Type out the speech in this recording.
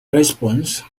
response